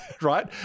right